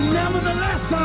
nevertheless